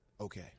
Okay